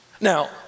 Now